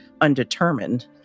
undetermined